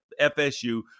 FSU